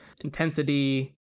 intensity